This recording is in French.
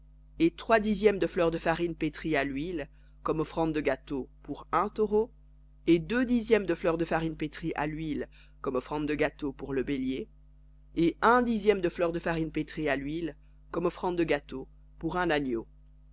et trois dixièmes de fleur de farine pétrie à l'huile comme offrande de gâteau pour un taureau et deux dixièmes de fleur de farine pétrie à l'huile comme offrande de gâteau pour le bélier et un dixième de fleur de farine pétrie à l'huile comme offrande de gâteau pour un agneau